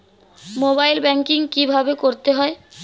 Mobile banking কীভাবে করতে হয়?